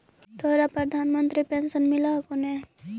तोहरा प्रधानमंत्री पेन्शन मिल हको ने?